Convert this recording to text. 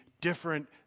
different